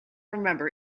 remember